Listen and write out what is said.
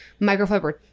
microfiber